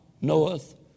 knoweth